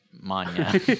Mania